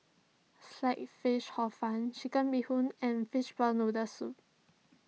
Sliced Fish Hor Fun Chicken Bee Hoon and Fishball Noodle Soup